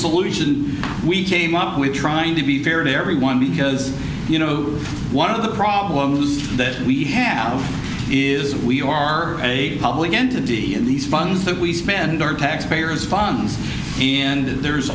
solution we came up with trying to be fair to everyone because you know one of the problems that we have is we are a public entity in these funds that we spend our taxpayers funds and there's